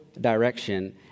direction